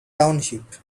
township